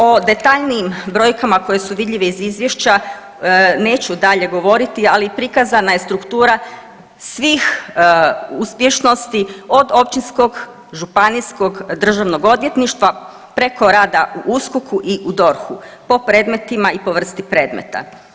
O detaljnijim brojkama koje su vidljive iz Izvješća neću dalje govoriti, ali prikazana je struktura svih uspješnosti, od Općinskog, Županijskog državnog odvjetništva, preko rada u USKOK-u i u DORH-u po predmetima i po vrsti predmeta.